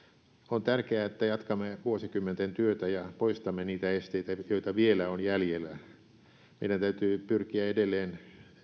on tärkeää että jatkamme vuosikymmenten työtä ja poistamme niitä esteitä joita vielä on jäljellä meidän täytyy pyrkiä edelleen